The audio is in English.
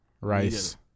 Rice